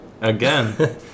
Again